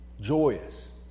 joyous